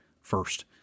first